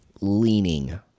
leaning